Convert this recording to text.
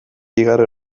igaro